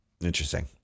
Interesting